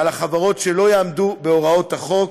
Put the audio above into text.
על חברות שלא יעמדו בהוראות החוק,